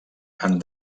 han